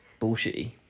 bullshitty